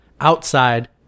outside